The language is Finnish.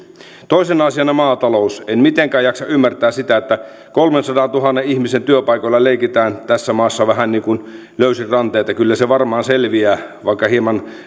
toisena asiana maatalous en mitenkään jaksa ymmärtää sitä että kolmensadantuhannen ihmisen työpaikoilla leikitään tässä maassa vähän niin kuin löysin rantein että kyllä se maatalous varmaan selviää vaikka hieman